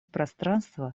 пространство